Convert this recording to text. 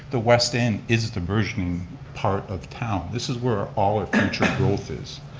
the westin is the burgeoning part of town. this is where all eventual growth is.